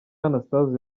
anastase